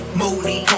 moody